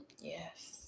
Yes